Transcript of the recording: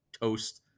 toast